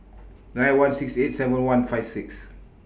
nine one six eight seven one five six